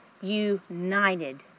united